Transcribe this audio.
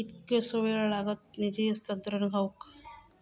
कितकोसो वेळ लागत निधी हस्तांतरण हौक?